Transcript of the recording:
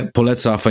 poleca